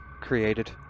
Created